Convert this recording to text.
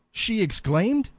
she exclaimed.